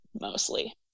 mostly